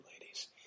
ladies